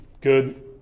good